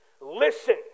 Listen